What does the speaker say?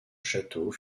château